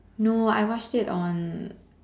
no I watched it on